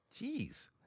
Jeez